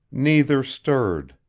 neither stirred.